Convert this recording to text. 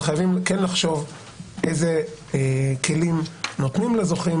אבל חייבים כן לחשוב אילו כלים נותנים לזוכים